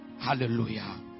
Hallelujah